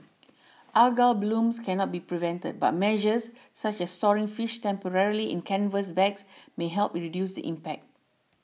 algal blooms cannot be prevented but measures such as storing fish temporarily in canvas bags may help reduce the impact